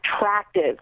attractive